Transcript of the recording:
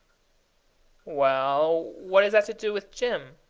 well, what has that to do with jim?